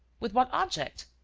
with what object?